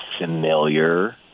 familiar